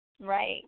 Right